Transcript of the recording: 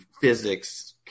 physics